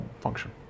function